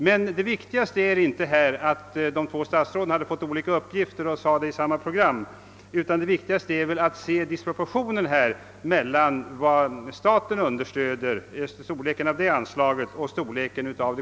Men det viktiga är inte att två statsråd hade fått olika uppgifter och anförde dem i samma program, utan det väsentliga är att lägga märke till disproportionen mellan storleken på statens och kommunernas anslag till idrotten.